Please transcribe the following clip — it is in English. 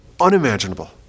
unimaginable